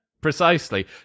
precisely